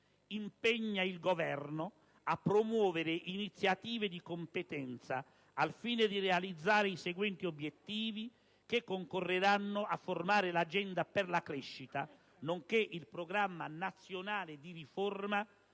impegna il Governo a promuovere iniziative di competenza al fine di realizzare i seguenti obiettivi, che concorreranno a formare l'agenda per la crescita, nonché il Programma nazionale di riforma